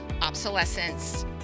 obsolescence